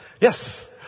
Yes